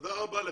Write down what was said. תודה רבה לך.